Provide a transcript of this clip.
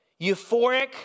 euphoric